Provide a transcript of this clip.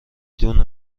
دونه